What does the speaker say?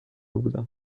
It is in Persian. بودم